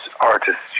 artists